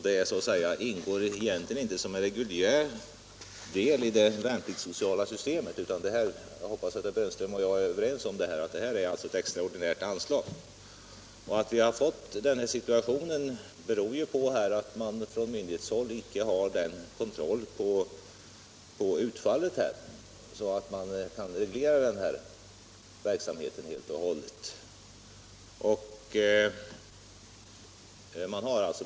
Den ingår egentligen inte som en reguljär del i det värnpliktssociala systemet. Jag hoppas att herr Brännström och jag är överens om att detta är ett extraordinärt anslag. Att vi har fått den här situationen beror ju på att man från myndighetshåll icke har en sådan kontroll på utfallet att man kan reglera denna verksamhet helt och hållet.